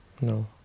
No